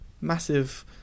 Massive